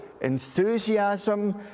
enthusiasm